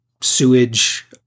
sewage